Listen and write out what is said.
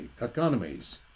economies